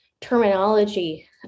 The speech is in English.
terminology